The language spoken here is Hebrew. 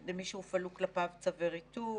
על מי שהופעלו כלפיו צווי ריתוק,